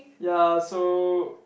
ya so